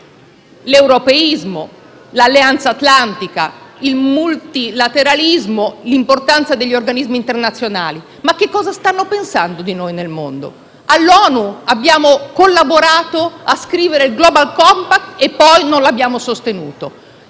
l'europeismo, l'Alleanza atlantica, il multilateralismo e l'importanza degli organismi internazionali. Domandiamoci allora cosa stanno pensando di noi nel mondo. All'ONU abbiamo collaborato a scrivere il Global compact e poi non lo abbiamo sostenuto.